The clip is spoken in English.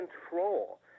control